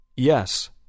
Yes